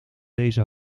deze